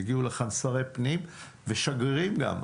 הגיעו לכאן שרי פנים ושגרירים גם.